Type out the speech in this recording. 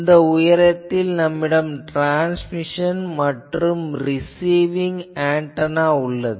இந்த உயரத்தில் நம்மிடம் ட்ரான்ஸ்மிஷன் மற்றும் ரிசீவிங் ஆன்டெனா உள்ளது